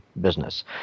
business